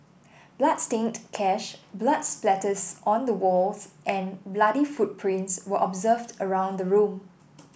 bloodstained cash blood splatters on the walls and bloody footprints were observed around the room